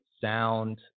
sound